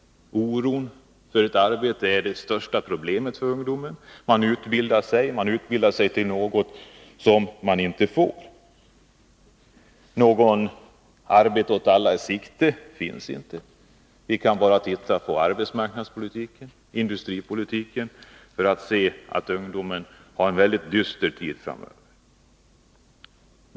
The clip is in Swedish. Bristen på arbete är det stora problemet för ungdomen. Ungdomarna utbildar sig till något som de inte blir. Något ”arbete åt alla” finns inte. Vi kan bara se på arbetsmarknadspolitiken och industripolitiken för att förstå att ungdomen har en väldigt dyster tid framför sig.